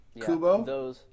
Kubo